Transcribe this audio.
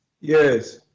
Yes